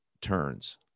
turns